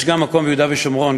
יש גם מקום ביהודה ושומרון,